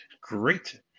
Great